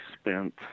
spent